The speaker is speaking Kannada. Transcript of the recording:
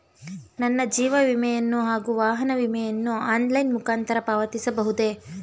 ನನ್ನ ಜೀವ ವಿಮೆಯನ್ನು ಹಾಗೂ ವಾಹನ ವಿಮೆಯನ್ನು ಆನ್ಲೈನ್ ಮುಖಾಂತರ ಪಾವತಿಸಬಹುದೇ?